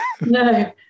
No